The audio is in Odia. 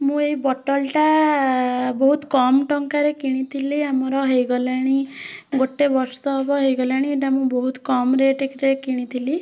ମୁଁ ଏଇ ବୋଟଲ୍ ଟା ବହୁତ କମ୍ ଟଙ୍କାରେ କିଣିଥିଲି ଆମର ହେଇଗଲାଣି ଗୋଟେ ବର୍ଷ ହେବ ହେଇଗଲାଣି ଏଇଟା ମୁଁ ବହୁତ କମ୍ ରେଟ୍ ରେ କିଣିଥିଲି